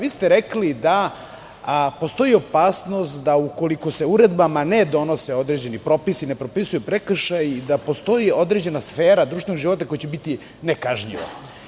Vi ste rekli da postoji opasnost da ukoliko se uredbama ne donose određeni propisi, ne propisuju prekršaji, da postoji određena sfera društvenog života koja će biti nekažnjiva.